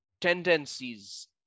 tendencies